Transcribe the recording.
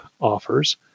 offers